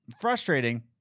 frustrating